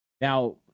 Now